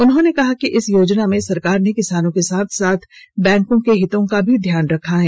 उन्होंने कहा कि इस योजना में सरकार ने किसानों के साथ साथ बैंकों को हितों का भी ध्यान रखा है